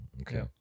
okay